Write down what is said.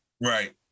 Right